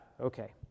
okay